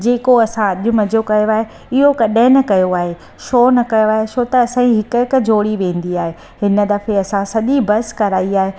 जेको असां अॼु मज़ो कयो आहे इहो कॾहिं न कयो आहे छो न कयो आहे छो त असांजी हिकु हिकु जोड़ी वेंदी आहे हिन दफ़े असां सॼी बस कराई आहे